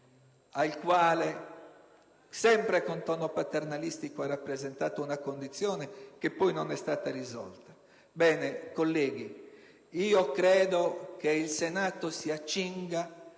al quale, sempre con tono paternalistico, ha rappresentato una condizione che poi non è stata risolta. Colleghi, credo che il Senato si accinga